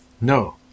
No